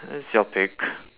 it's your pick